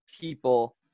people